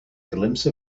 glimpse